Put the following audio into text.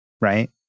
right